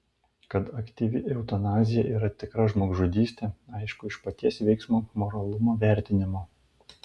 kad aktyvi eutanazija yra tikra žmogžudystė aišku iš paties veiksmo moralumo vertinimo